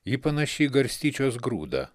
ji panaši į garstyčios grūdą